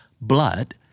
blood